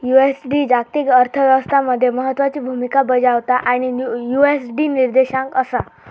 USD जागतिक अर्थ व्यवस्था मध्ये महत्त्वाची भूमिका बजावता आणि यु.एस.डी निर्देशांक असा